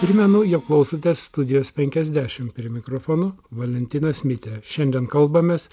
primenu jog klausote studijos penkiasdešim prie mikrofono valentinas mitė šiandien kalbamės